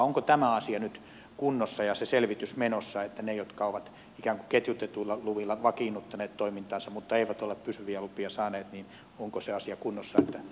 onko tämä asia nyt kunnossa ja se selvitys menossa että ne jotka ovat ikään kuin ketjutetuilla luvilla vakiinnuttaneet toimintansa mutta eivät ole pysyviä lupia saaneet tulevat sen saamaan